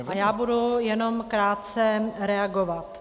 A já budu jenom krátce reagovat.